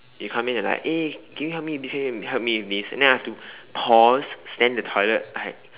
you come in and like eh can you help me this thing help me with this and then I have to pause stand in the toilet I